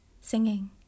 singing